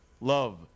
love